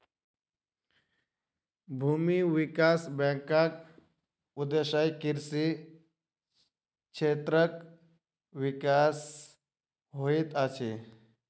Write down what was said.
भूमि विकास बैंकक उदेश्य कृषि क्षेत्रक विकास होइत अछि